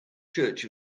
church